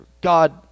God